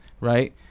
right